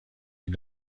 این